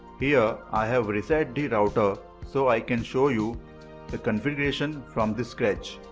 here i have reset the router so i can show you the configuration from the scratch.